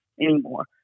anymore